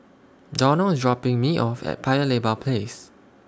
Donald IS dropping Me off At Paya Lebar Place